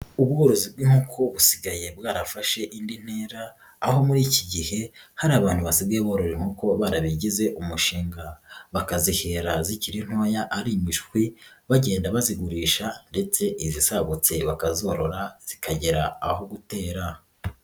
Ubworozi bw'inkoko busigaye bwarafashe indi ntera aho muri iki gihe hari abantu basigaye borora inkoko barabigize umushinga, bakazihera zikiri ntoya ari imishwi bagenda bazigurisha ndetse izisagutse bakazorora zikagera aho gutera.